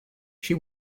she